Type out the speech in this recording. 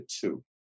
two